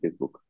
Facebook